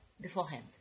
beforehand